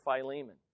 Philemon